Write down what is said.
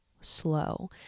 slow